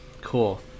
Cool